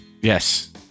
Yes